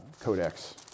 codex